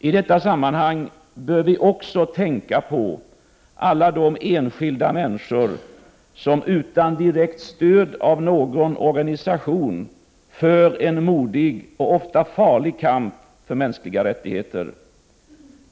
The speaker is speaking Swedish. I detta sammanhang bör vi också tänka på alla de enskilda människor, som utan direkt stöd av någon organisation för en modig och ofta farlig kamp för mänskliga rättigheter.